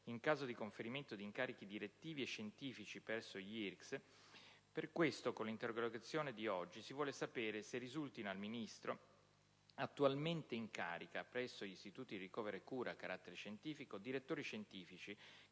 in caso di conferimento di incarichi direttivi e scientifici presso gli IRCCS, con l'interpellanza si vuole sapere se risultino al Ministro, attualmente in carica, presso gli Istituti di ricovero e cura a carattere scientifico, direttori scientifici